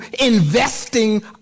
investing